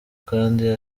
kandi